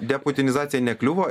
deputinizacija nekliuvo